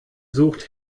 sucht